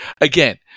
Again